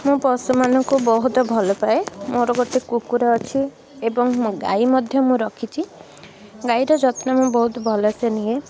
ମୁଁ ପଶୁମାନଙ୍କୁ ବହୁତ ଭଲ ପାଏ ମୋର ଗୋଟେ କୁକୁର ଅଛି ଏବଂ ଗାଈ ମଧ୍ୟ ମୁଁ ରଖିଛି ଗାଈର ଯତ୍ନ ବି ମୁଁ ବହୁତ ଭଲସେ ନିଏ